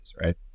right